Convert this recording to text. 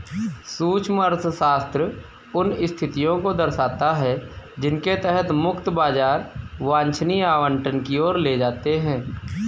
सूक्ष्म अर्थशास्त्र उन स्थितियों को दर्शाता है जिनके तहत मुक्त बाजार वांछनीय आवंटन की ओर ले जाते हैं